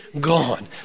gone